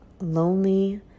lonely